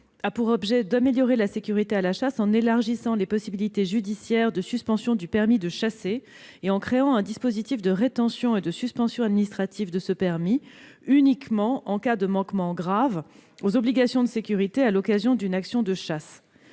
a pour objet d'améliorer la sécurité à la chasse en élargissant les possibilités judiciaires de suspension du permis de chasser et en créant un dispositif de rétention et de suspension administratives de ce permis uniquement en cas de manquement grave aux obligations de sécurité à l'occasion d'une action de chasse.